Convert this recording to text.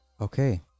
Okay